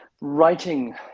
writing